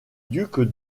duc